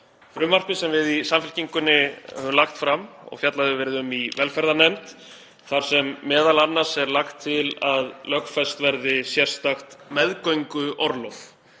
frumvarpi sem við í Samfylkingunni höfum lagt fram og fjallað hefur verið um í velferðarnefnd þar sem m.a. er lagt til að lögfest verði sérstakt meðgönguorlof,